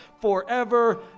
forever